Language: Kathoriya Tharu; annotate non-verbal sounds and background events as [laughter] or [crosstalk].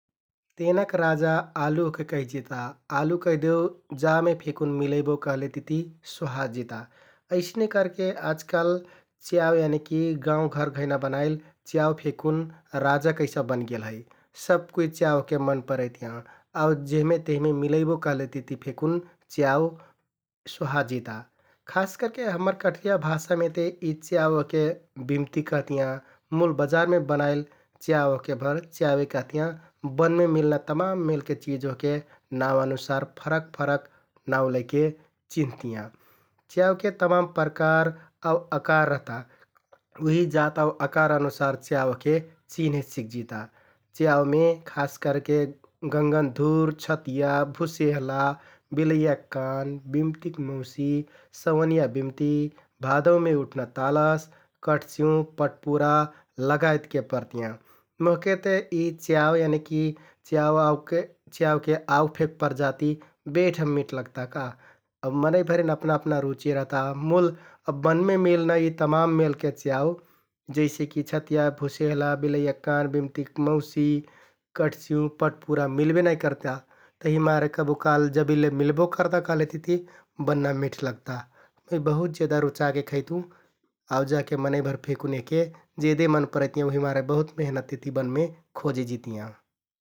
तेनाक राजा कैहदेउ आलु ओहके कैहजिता । आलु कैहदेउ जा मे फेकुन मिलैबो कहलेतिति सोहाजिता । अइसने करके आजकाल च्याउ यानिकि गाउँघर घैंना बनाइल च्याउ फेकुन राजा कैसा बनगेल है । सबकुइ च्याउ ओहके मन परैतियाँ आउ जेहमे तेहमे मिलैबो कहलेतिति फेकुन च्याउ सोहाजिता । खास करके हम्मर कठरिया भाषामे ते यि च्याउ ओहके बिम्ति कहतियाँ मुल बजारमे बनाइल च्याउ ओहकेभर च्याउवे कहतियाँ । बनमे मिलना तमाम मेलके चिज ओहके नाउँ अनुसार फरक फरक नाउँ लैके चिन्हतियाँ । च्याउके तमाम प्रकार आउ अकार रहता । [noise] उहि जात आउ अकार अनुसार च्याउ ओहके चिन्हे सिकजिता । च्याउमे खास करके गंगनधुर, छतिया, भुसेहला, बिलैयक कान, बिम्तिक मौसि, सवनियाँ बिम्ति, भादौंमे उठ्ना तालस, कट्ठचिउँ, पट्‌पुरा लगायतके परतियाँ । मोहके ते यि च्याउ यनिकि च्याउ [hesitation] आउ च्याउके आउ फेक प्रजाति बेढम मिठ लगता का । अब मनैंभरिन अपना अपना सुचि रहता मुल अब बनमे मिलना यि तमाम मेलके च्याउ जैसेकि छतिया, भुसेहला, बिलैयक कान, बिम्तिक मौसि, कट्ठचिउँ, पट्‌पुरा मिलबे नाइ करता । तहिमारे कबुकाल्ह जबिल्ले मिलबो करता कहलेतिति बन्‍ना मिठ लगता । मै बहुत जेदा रुचाके खैतुँ आउ जाके मनैंभर फेकुन यहके जेदे मन परैतियाँ उहिमारे बहुत मेहनततिति बनमे खोजे जितियाँ ।